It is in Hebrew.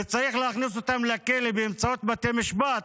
וצריך להכניס אותם לכלא באמצעות בתי משפט,